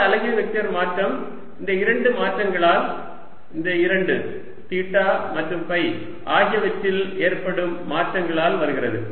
r அலகு vector மாற்றம் இந்த இரண்டு மாற்றங்களால் இந்த இரண்டு தீட்டா மற்றும் பை ஆகியவற்றில் ஏற்படும் மாற்றத்தால் வருகிறது